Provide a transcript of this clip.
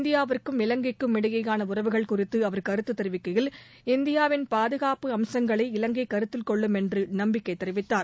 இந்தியாவுக்கும் இலங்கைக்கும் இடையேயாள உறவுகள் குறித்து அவர் கருத்து தெரிவிக்கையில் இந்தியாவின் பாதுகாப்பு அம்சங்களை இலங்கை கருத்தில் கொள்ளும் என்று நம்பிக்கை தெரிவித்தார்